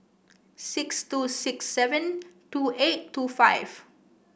six two six seven two eight two five